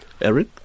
Eric